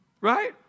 right